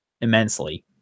immensely